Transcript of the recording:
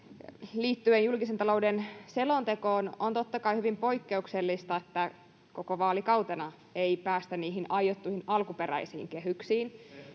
liittyen julkisen talouden selontekoon. On totta kai hyvin poikkeuksellista, että koko vaalikautena ei päästä niihin aiottuihin, alkuperäisiin kehyksiin,